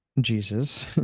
Jesus